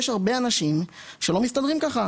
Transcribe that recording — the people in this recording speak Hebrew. יש הרבה אנשים שלא מסתדרים ככה.